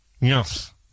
Yes